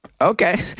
Okay